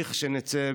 לכשנצא,